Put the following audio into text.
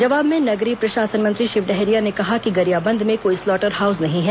जवाब में नगरीय प्रशासन मंत्री शिव डहरिया ने कहा कि गरियाबंद में कोई स्लाटर हाउस नहीं है